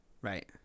Right